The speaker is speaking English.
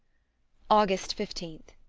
august fifteenth.